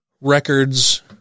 records